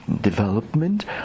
development